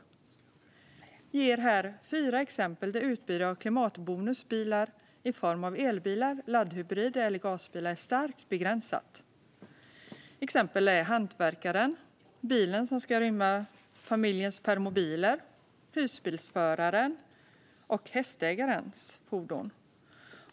Jag ger här fyra exempel där utbudet av klimatbonusbilar i form av elbilar, laddhybrider eller gasbilar är starkt begränsat. Exemplen är hantverkarens bil, bilen som ska rymma familjens permobiler samt husbilsförarens och hästägarens fordon.